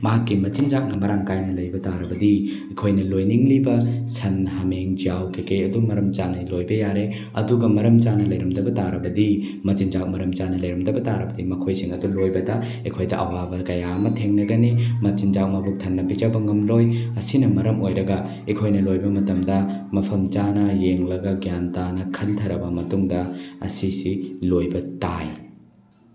ꯃꯍꯥꯛꯀꯤ ꯃꯆꯤꯟꯖꯥꯛꯅ ꯃꯔꯥꯡ ꯀꯥꯏꯅ ꯂꯩꯕ ꯇꯥꯔꯕꯗꯤ ꯑꯩꯈꯣꯏꯅ ꯂꯣꯏꯅꯤꯡꯂꯤꯕ ꯁꯟ ꯍꯥꯃꯦꯡ ꯌꯥꯎ ꯀꯔꯤ ꯀꯔꯤ ꯑꯗꯨꯝ ꯃꯔꯝ ꯆꯥꯅ ꯂꯣꯏꯕ ꯌꯥꯔꯦ ꯑꯗꯨꯒ ꯃꯔꯝ ꯆꯥꯅ ꯂꯩꯔꯝꯗꯕ ꯇꯥꯔꯕꯗꯤ ꯃꯆꯤꯟꯖꯥꯛ ꯃꯔꯝ ꯆꯥꯅ ꯂꯩꯔꯝꯗꯕ ꯇꯥꯔꯕꯗꯤ ꯃꯈꯣꯏꯁꯤꯡ ꯑꯗꯨ ꯂꯣꯏꯕꯗ ꯑꯩꯈꯣꯏꯗ ꯑꯋꯥꯕ ꯀꯌꯥ ꯑꯃ ꯊꯦꯡꯅꯒꯅꯤ ꯃꯆꯤꯟꯖꯥꯛ ꯃꯕꯨꯛ ꯊꯟꯅ ꯄꯤꯖꯕ ꯉꯝꯂꯣꯏ ꯑꯁꯤꯕ ꯃꯔꯝ ꯑꯣꯏꯔꯒ ꯑꯩꯈꯣꯏꯅ ꯂꯣꯏꯕ ꯃꯇꯝꯗ ꯃꯐꯝ ꯆꯥꯅ ꯌꯦꯡꯂꯒ ꯒ꯭ꯌꯥꯟ ꯇꯥꯅ ꯈꯟꯊꯔꯕ ꯃꯇꯨꯡꯗ ꯑꯁꯤꯁꯤ ꯂꯣꯏꯕ ꯇꯥꯏ